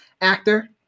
actor